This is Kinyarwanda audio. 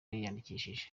yiyandikishije